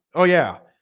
oh, yeah,